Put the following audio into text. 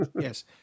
Yes